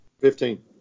Fifteen